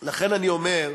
לכן אני אומר,